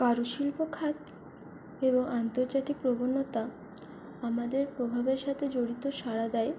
কারুশিল্প খাত এবং আন্তর্জাতিক প্রবণতা আমাদের প্রভাবের সাথে জড়িত সাড়া দেয়